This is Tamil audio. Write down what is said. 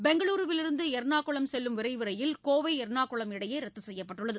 பெங்களுருவிலிருந்து எர்ணாகுளம் செல்லும் விரைவு ரயில் கோவை எர்ணாகுளம் இடையே ரத்து செய்யப்பட்டுள்ளது